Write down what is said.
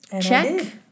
Check